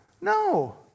No